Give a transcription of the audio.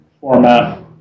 format